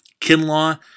Kinlaw